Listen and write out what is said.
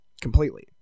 Completely